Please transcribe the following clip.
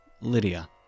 Lydia